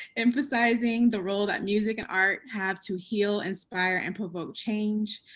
emphasizing the role that music and art have to heal inspire, and provoke change,